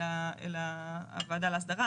אלא הוועדה להסדרה,